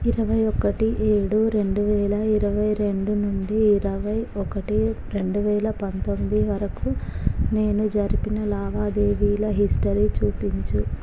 ఇరవై ఒకటి ఏడు రెండు వేల ఇరవై రెండు నుండి ఇరవై ఒకటి రెండువేల పంతొమ్మిది వరకు నేను జరిపిన లావాదేవీల హిస్టరీ చూపించుము